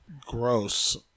Gross